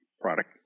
product